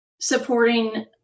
supporting